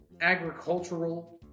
agricultural